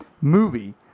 movie